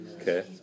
Okay